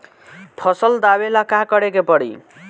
फसल दावेला का करे के परी?